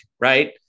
Right